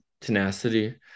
tenacity